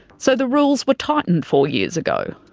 so the rules were tightened four years ago,